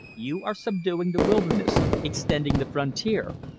you are subduing the wilderness, extending the frontier.